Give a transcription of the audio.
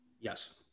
Yes